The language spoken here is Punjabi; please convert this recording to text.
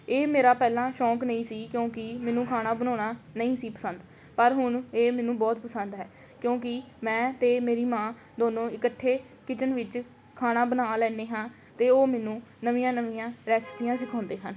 ਇਹ ਮੇਰਾ ਪਹਿਲਾਂ ਸ਼ੌਂਕ ਨਹੀਂ ਸੀ ਕਿਉਂਕਿ ਮੈਨੂੰ ਖਾਣਾ ਬਣਾਉਣਾ ਨਹੀਂ ਸੀ ਪਸੰਦ ਪਰ ਹੁਣ ਇਹ ਮੈਨੂੰ ਬਹੁਤ ਪਸੰਦ ਹੈ ਕਿਉਂਕਿ ਮੈਂ ਅਤੇ ਮੇਰੀ ਮਾਂ ਦੋਨੋਂ ਇਕੱਠੇ ਕਿਚਨ ਵਿੱਚ ਖਾਣਾ ਬਣਾ ਲੈਂਦੇ ਹਾਂ ਅਤੇ ਉਹ ਮੈਨੂੰ ਨਵੀਆਂ ਨਵੀਆਂ ਰੈਸਪੀਆਂ ਸਿਖਾਉਂਦੇ ਹਨ